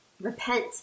Repent